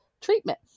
treatment